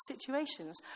situations